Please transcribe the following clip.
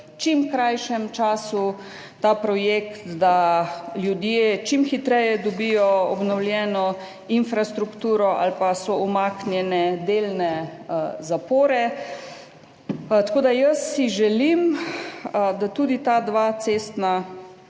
čim krajšem času ta projekt, da ljudje čim hitreje dobijo obnovljeno infrastrukturo ali pa so umaknjene delne zapore. Tako da si želim, da tudi ta dva cestna